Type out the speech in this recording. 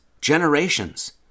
Generations